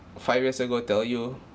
five years ago tell you